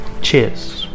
Cheers